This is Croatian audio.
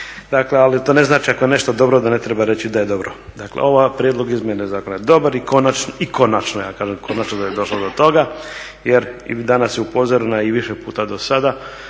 Dakle, ali to ne znači ako je nešto dobro da ne treba reći da je dobro. Dakle ovaj prijedlog izmjene zakona je dobar i konačno, ja kažem konačno da je došlo do toga jer i danas je upozorena i više puta do sada